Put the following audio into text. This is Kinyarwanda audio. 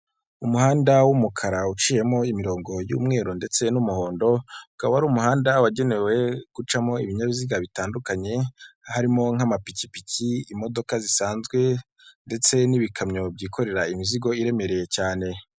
Umuhanda w'umukara uciyemo imirongo y'umweru ndetse n'umuhondo, akaba ari umuhanda wagenewe gucamo ibinyabiziga bitandukanye, harimo nk'amapikipiki imodoka zisanzwe ndetse n'ibikamyo byikorera imizigo iremereye cyane.